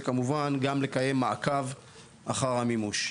וכמובן גם לקיים מעקב אחר המימוש.